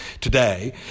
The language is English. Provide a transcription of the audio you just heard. today